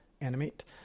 animate